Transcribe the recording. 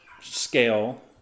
scale